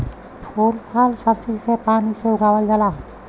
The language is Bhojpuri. फूल फल सब्जी के पानी से उगावल जाला